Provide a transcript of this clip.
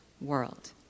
world